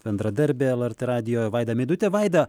bendradarbė lrt radijo vaida midutė vaida